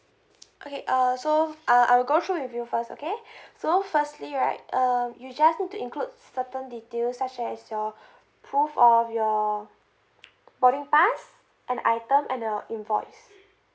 okay uh so uh I will go through with you first okay so firstly right uh you just need to include certain details such as your proof of your boarding pass and item and the invoice